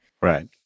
Right